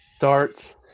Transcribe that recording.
Darts